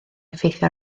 effeithio